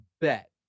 bet